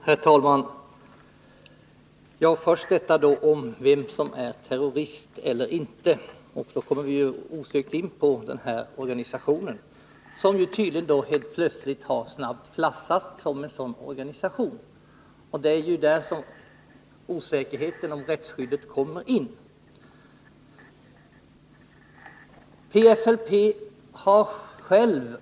Herr talman! Först detta om vem som är terrorist eller inte. Den Måndagen den organisation som det här handlar om, PFLP-GC, har tydligen helt plötsligt 16 februari 1981 klassats som en terroristorganisation. Det är här som osäkerheten i fråga om rättsskyddet kommer in i bilden.